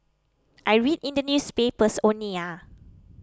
I read in the newspapers only ah